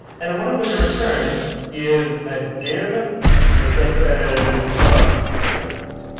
and and what i'm going to return is a div that just says hello, for instance.